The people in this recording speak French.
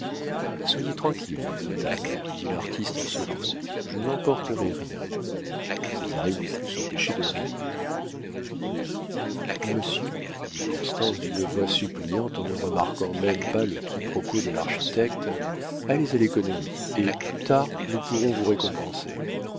soyez tranquille madame dit l'artiste en souriant je n'emporterai rien césarine ne put s'empêcher de rire monsieur dit constance d'une voix suppliante en ne remarquant même pas le quiproquo de l'architecte allez à l'économie et plus tard nous pourrons vous récompenser